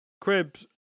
Cribs